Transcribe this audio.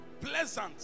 pleasant